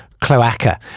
cloaca